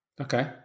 Okay